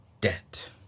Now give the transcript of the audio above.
Debt